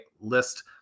list